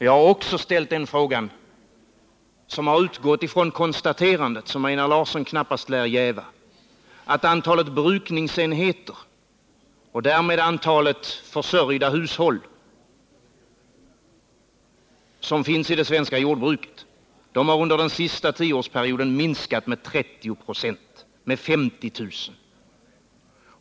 Jag har också ställt en fråga som utgått från konstaterandet — som Einar Larsson knappast lär jäva — att antalet brukningsenheter och därmed antalet försörjda hushåll, som finns i det svenska jordbruket, under den senaste tioårsperioden minskat med 30 26 — med 50 000.